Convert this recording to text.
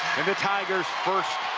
the tigers' first